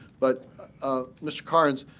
but mr. karnes,